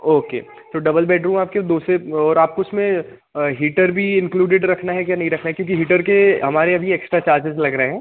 okay तो double bedroom आपके दो से और आपको उसमें हीटर भी इंक्लूडेड रखना है या नहीं रखना है क्योंकि हीटर के हमारे अभी एक्स्ट्रा चार्जेज़ लग रहे हैं